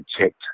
checked